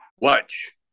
watch